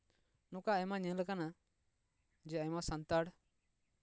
ᱟᱭᱢᱟ ᱧᱮᱞ ᱠᱟᱱᱟ ᱟᱭᱢᱟ ᱥᱟᱱᱛᱟᱲ